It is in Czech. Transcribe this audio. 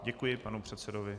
Děkuji panu předsedovi.